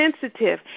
sensitive